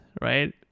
right